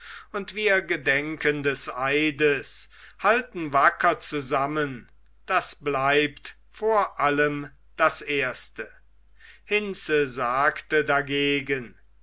und wir gedenken des eides halten wacker zusammen das bleibt vor allem das erste hinze sagte dagegen